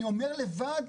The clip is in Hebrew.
אני אומר לבד,